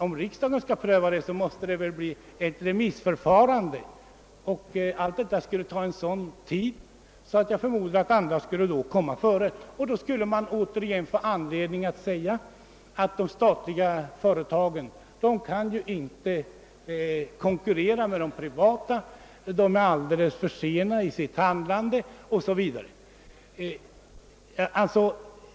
Om riksdagen skall godkänna dessa planer, måste det väl först bli ett remissförfarande, och det skulle ta så lång tid att andra företag skulle kunna komma före. Då finge man återigen anledning att säga att de statliga företagen inte kan konkurrera med de privata att de handlar för sent o. s. Vv.